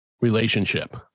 relationship